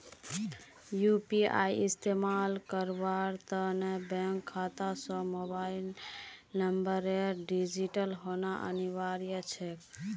UPI इस्तमाल करवार त न बैंक खाता स मोबाइल नंबरेर रजिस्टर्ड होना अनिवार्य छेक